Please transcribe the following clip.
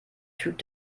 typ